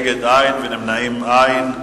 20 בעד, נגד, אין, ונמנעים, אין.